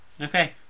Okay